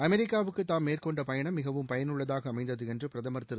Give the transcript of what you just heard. அமெரிக்காவுக்கு தாம் மேற்கொண்ட பயணம் மிகவும் பயனுள்ளதாக அமைந்தது என்று பிரதமர் திரு